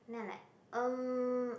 then I like um